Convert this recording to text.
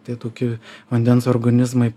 tie toki vandens organizmai